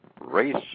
Race